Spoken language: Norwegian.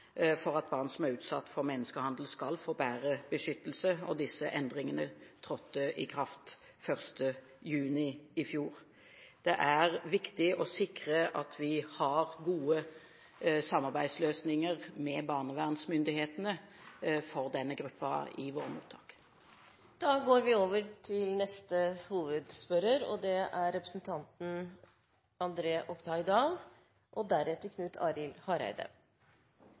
for at barn som er utsatt for menneskehandel, skal få bedre beskyttelse. Disse endringene trådte i kraft 1. juni i fjor. Det er viktig å sikre at vi har godt samarbeid om løsninger med barnevernsmyndighetene for denne gruppen i våre mottak. Vi går til neste